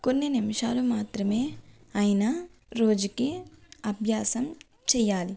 కొన్ని నిమిషాలు మాత్రమే అయినా రోజుకి అభ్యాసం చేయాలి